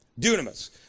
dunamis